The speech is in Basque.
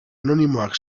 anonimoak